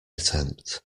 attempt